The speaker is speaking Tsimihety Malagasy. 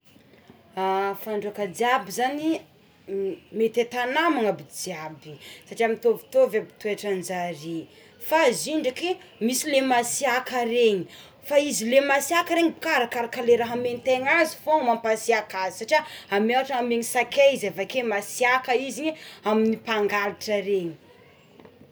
Fandroàka jiaby zany m- mety atao namana aby jiaby satria mitovitovy aby toetranjare fa zio ndreky misy le masiàka regny fa izy le masiàka regny ka arakaraka le raha amentegna azy fogna mampasiàka azy satria ame- ohatra amegny sakay izy avake masiàka izigne amy mpangalatra regny.